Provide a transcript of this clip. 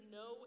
no